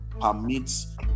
permits